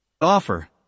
Offer